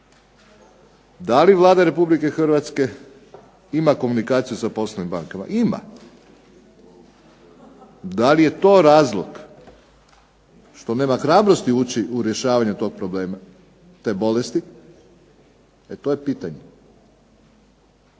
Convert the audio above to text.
Da li Vlada Republike Hrvatske ima komunikaciju sa poslovnim bankama? Ima. Da li je to razlog što nema hrabrosti ući u rješavanje tog problema, te bolesti, e to je pitanje.